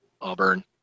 Auburn